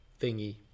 thingy